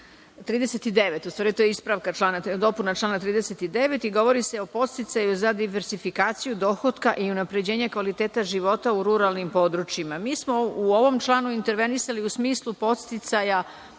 39. u stvari to je dopuna člana 39. Govori se o podsticaju za diverzifikaciju dohotka i unapređenja kvaliteta života u ruralnim područjima. Mi smo u ovom članu intervenisali u smislu podsticaja,